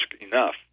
enough